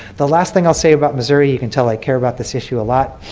the last thing i'll say about missouri, you can tell i care about this issue a lot,